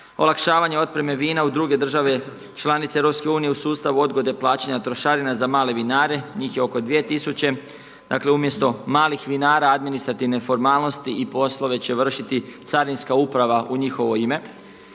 Olakšavanje otpreme vina u druge države članice EU u sustavu odgode plaćanja trošarine za male vinare, njih je oko 2 tisuće. Dakle, umjesto malih vinara administrativne formalnosti i poslove će vršiti carinska uprava u njihovo ime,